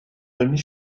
demi